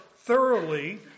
thoroughly